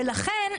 ולכן,